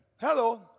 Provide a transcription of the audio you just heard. hello